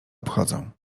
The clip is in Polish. obchodzą